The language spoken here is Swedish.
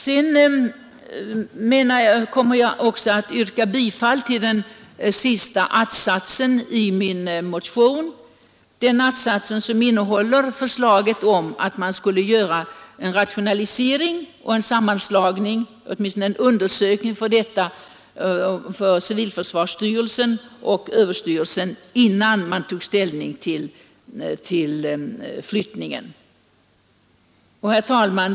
Sedan kommer jag också att yrka bifall till den sista att-satsen i min motion, den att-sats som innehåller förslag om att man borde göra åtminstone en undersökning av möjligheterna till en sammanslagning av civilförsvarsstyrelsen och överstyrelsen för ekonomiskt försvar, innan man tar ställning till flyttningen. Fru talman!